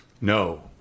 No